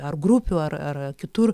ar grupių ar ar kitur